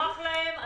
אני